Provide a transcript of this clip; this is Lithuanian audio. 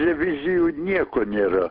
revizijų nieko nėra